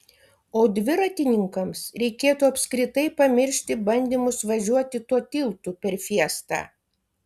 o dviratininkams reikėtų apskritai pamiršti bandymus važiuoti tuo tiltu per fiestą